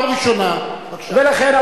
לכן,